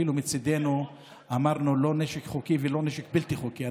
אפילו מצידנו אמרנו: לא נשק חוקי ולא נשק בלתי חוקי,